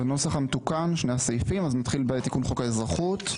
נתחיל בתיקון חוק האזרחות.